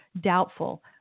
doubtful